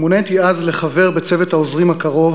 מוניתי אז לחבר בצוות העוזרים הקרוב